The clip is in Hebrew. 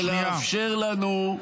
-- ולאפשר לנו,